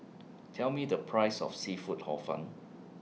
Tell Me The Price of Seafood Hor Fun